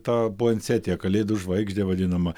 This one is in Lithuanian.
tą puansetiją kalėdų žvaigždę vadinamą